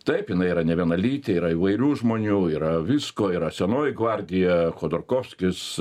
taip jinai yra nevienalytė yra įvairių žmonių yra visko yra senoji gvardija chodorkovskis